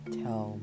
tell